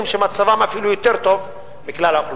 שמצבם אפילו יותר טוב ממצב כלל האוכלוסייה.